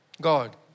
God